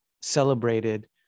celebrated